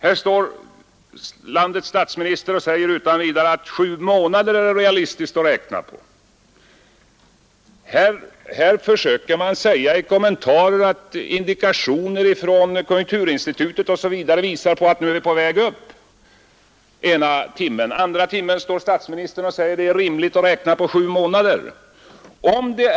Här står landets statsminister och säger utan vidare att sju månader är realistiskt att räkna med. Här försöker man alltså ena timmen i sina kommentarer göra gällande att indikationer från konjunkturinstitutet visar att vi är på väg upp. Andra timmen stär statsministern här och säger att det är rimligt att räkna på sju månaders sikt.